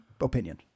opinion